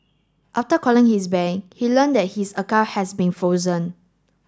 after calling his bank he learnt his account had been frozen